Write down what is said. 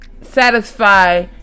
satisfy